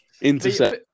intercept